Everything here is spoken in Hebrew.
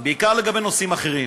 בעיקר לגבי נושאים אחרים: